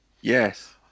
yes